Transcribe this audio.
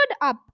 up